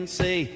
say